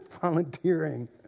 volunteering